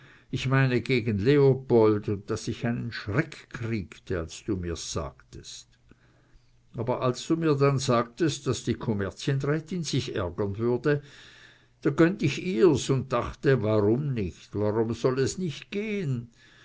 ich meine gegen leopold un daß ich einen schreck kriegte als du mir's sagtest aber als du mir dann sagtest daß die kommerzienrätin sich ärgern würde da gönnt ich's ihr un dachte warum nich warum soll es nich gehn